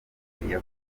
yavutse